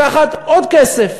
לקחת עוד כסף.